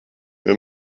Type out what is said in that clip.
wir